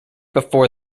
before